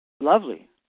Lovely